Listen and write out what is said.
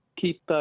keep